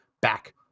back